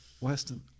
Weston